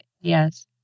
Yes